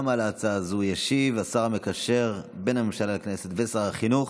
גם על ההצעה הזו ישיב השר המקשר בין הממשלה לכנסת ושר החינוך